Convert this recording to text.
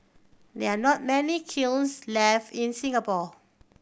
there are not many kilns left in Singapore